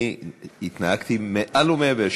אני התנהגתי מעל ומעבר.